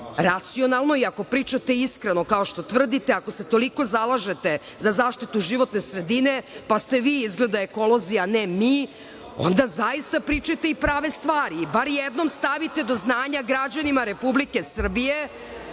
racionalno i ako pričate iskreno, kao što to tvrdite, ako se toliko zalažete za zaštitu životne sredine, pa ste vi izgleda ekolozi, a ne mi, onda zaista pričajte i prave stvari i bar jednom stavite do znanja građanima Republike Srbije